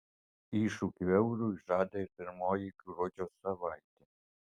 iššūkių eurui žada ir pirmoji gruodžio savaitė